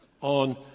on